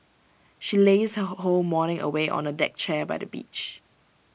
she lazed her whole morning away on A deck chair by the beach